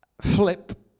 flip